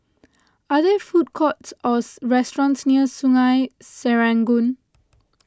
are there food courts or restaurants near Sungei Serangoon